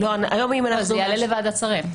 כשזה יעלה לוועדת שרים.